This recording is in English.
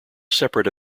separate